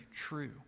true